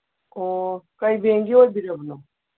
ꯑꯣ ꯀꯩ ꯕꯦꯡꯒꯤ ꯑꯣꯏꯕꯤꯔꯕꯅꯣ